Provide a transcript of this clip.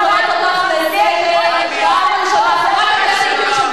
אני קוראת לך לסדר פעם ראשונה.